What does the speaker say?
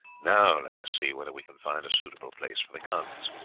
now let us see whether we can find a suitable place for the guns.